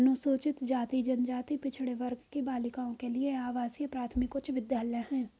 अनुसूचित जाति जनजाति पिछड़े वर्ग की बालिकाओं के लिए आवासीय प्राथमिक उच्च विद्यालय है